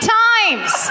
times